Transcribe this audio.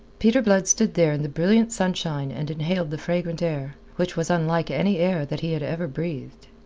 peter blood stood there in the brilliant sunshine and inhaled the fragrant air, which was unlike any air that he had ever breathed.